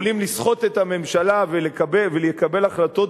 יכולים לסחוט את הממשלה ולקבל החלטות